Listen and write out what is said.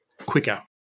quicker